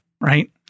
Right